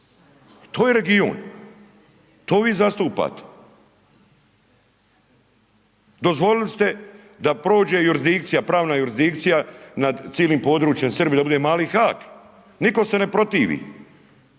to je region. To vi zastupate. Dozvolili ste da prođe jurdikcija, pravna jurdikcija, na cijelim područjem Srbije, dobili mali HAG, nitko se ne protivi,